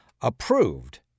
approved